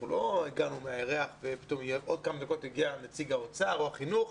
לא הגענו מהירח ופתאום עוד כמה דקות יגיע נציג האוצר או החינוך,